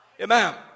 Amen